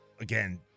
Again